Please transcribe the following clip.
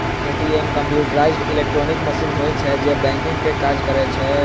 ATM computerised electronic machine होइ छै, जे बैंकिंग के काज करै छै